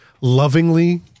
lovingly